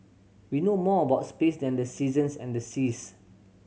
we know more about space than the seasons and the seas